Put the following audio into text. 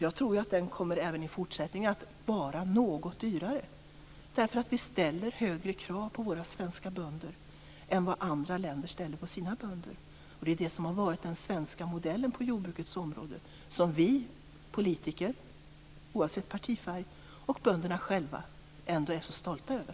Jag tror nämligen att den även i fortsättningen kommer att vara något dyrare, eftersom vi ställer högre krav på våra svenska bönder än vad andra länder ställer på sina bönder. Det är detta som har varit den svenska modellen på jordbrukets område som vi politiker, oavsett partifärg, och bönderna själva ändå är så stolta över.